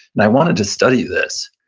and i wanted to study this.